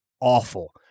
awful